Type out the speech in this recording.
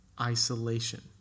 Isolation